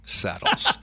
saddles